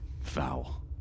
foul